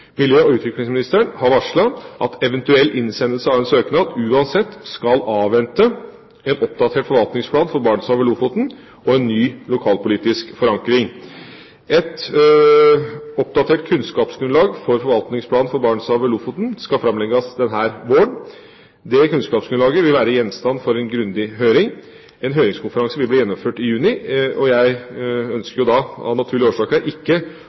Miljø- og utviklingsministeren har varslet at eventuell innsendelse av en søknad uansett skal avvente en oppdatert forvaltningsplan for Barentshavet og Lofoten og en ny lokalpolitisk forankring. Et oppdatert kunnskapsgrunnlag for forvaltningsplanen for Barentshavet–Lofoten skal framlegges denne våren. Dette kunnskapsgrunnlaget vil være gjenstand for en grundig høring. En høringskonferanse vil bli gjennomført i juni. Jeg ønsker av naturlige årsaker ikke